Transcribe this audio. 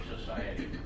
society